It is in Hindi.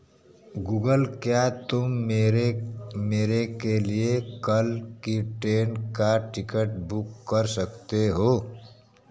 गूगल क्या तुम मेरे मेरे के लिए कल की ट्रेन का टिकट बुक कर सकते हो